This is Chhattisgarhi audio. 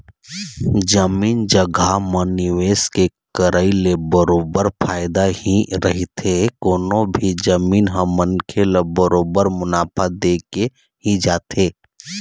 जमीन जघा म निवेश के करई ले बरोबर फायदा ही रहिथे कोनो भी जमीन ह मनखे ल बरोबर मुनाफा देके ही जाथे